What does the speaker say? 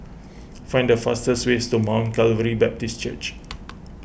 find the fastest ways to Mount Calvary Baptist Church